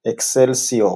"אקסלסיור"